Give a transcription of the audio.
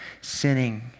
sinning